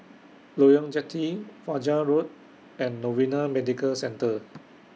Loyang Jetty Fajar Road and Novena Medical Centre